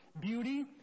beauty